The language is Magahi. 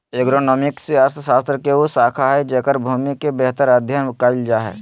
एग्रोनॉमिक्स अर्थशास्त्र के उ शाखा हइ जेकर भूमि के बेहतर अध्यन कायल जा हइ